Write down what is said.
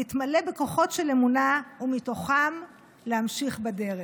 להתמלא בכוחות של אמונה ומתוכם להמשיך בדרך.